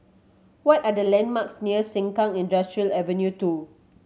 what are the landmarks near Sengkang Industrial Ave Two